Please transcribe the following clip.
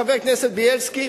חבר כנסת בילסקי,